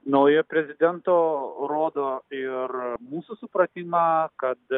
naujojo prezidento rodo ir mūsų supratimą kad